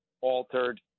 altered